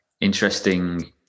interesting